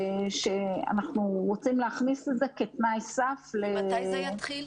שאנחנו רוצים להכניס לזה כתנאי סף לתמיכות -- מתי זה יתחיל?